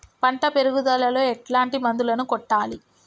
పంట పెరుగుదలలో ఎట్లాంటి మందులను కొట్టాలి?